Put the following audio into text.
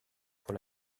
pour